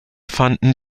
fanden